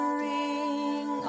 ring